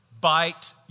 Bite